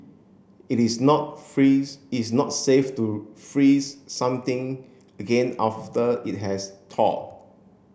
it is not freeze it is not safe to freeze something again after it has thawed